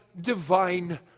divine